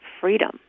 freedom